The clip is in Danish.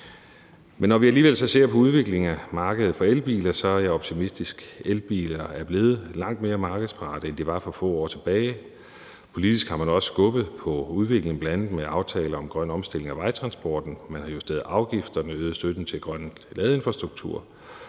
Men når vi ser på udviklingen af markedet for elbiler, er jeg alligevel optimistisk. Elbiler er blevet langt mere markedsparate, end de var for få år tilbage. Politisk har man også skubbet på udviklingen, bl.a. med aftalen om grøn omstilling af vejtransporten. Man har justeret afgifter. Man har øget støtten til grøn ladeinfrastruktur.